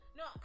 no